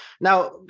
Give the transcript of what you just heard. Now